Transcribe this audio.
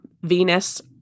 Venus